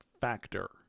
factor